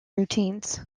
routines